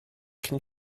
cyn